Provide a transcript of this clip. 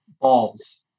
Balls